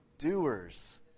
Doers